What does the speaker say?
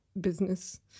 business